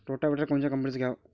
Rotavator कोनच्या कंपनीचं घ्यावं?